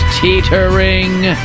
teetering